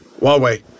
Huawei